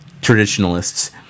traditionalists